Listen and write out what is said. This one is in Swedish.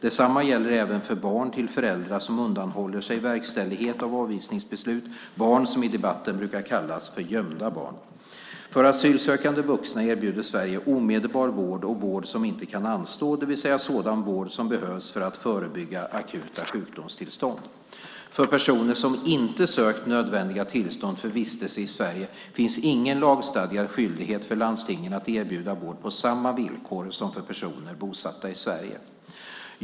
Detsamma gäller även för barn till föräldrar som undanhåller sig verkställighet av avvisningsbeslut, barn som i debatten brukar kallas för gömda barn. För asylsökande vuxna erbjuder Sverige omedelbar vård och vård som inte kan anstå, det vill säga sådan vård som behövs för att förebygga akuta sjukdomstillstånd. För personer som inte sökt nödvändiga tillstånd för vistelse i Sverige finns ingen lagstadgad skyldighet för landstingen att erbjuda vård på samma villkor som för personer bosatta i Sverige.